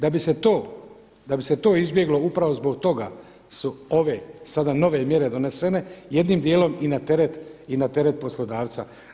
Da bi se to izbjeglo upravo zbog toga su ove sada nove mjere donesene jednim dijelom i na teret poslodavca.